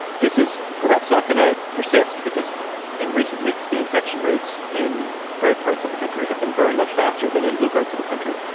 this is perhaps not going to persist because in recent weeks, the infection rates in red parts of the country have been growing much faster than in blue parts of the country.